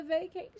vacation